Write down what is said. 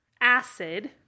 acid